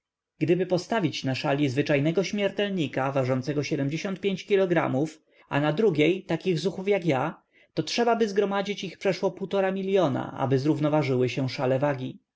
gdyby postawić na szali zwyczajnego śmiertelnika ważącego kg a na drugiej takich zuchów jak ja to trzebaby zgromadzić ich przeszło półtora miliona aby zrównoważyły się szale wagi